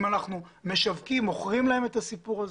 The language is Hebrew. אנחנו משווקים את הסיפור הזה?